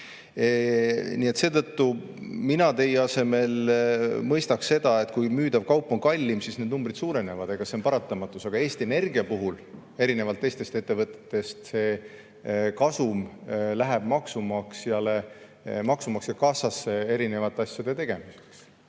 silti küljes. Mina teie asemel mõistaks seda, et kui müüdav kaup on kallim, siis need numbrid suurenevad. See on paratamatus. Aga Eesti Energia puhul erinevalt teistest ettevõtetest läheb kasum maksumaksja kassasse erinevate asjade tegemiseks.